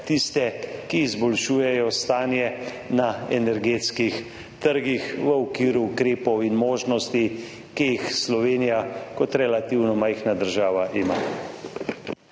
ki izboljšujejo stanje na energetskih trgih v okviru ukrepov in možnosti, ki jih Slovenija kot relativno majhna država ima.